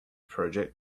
project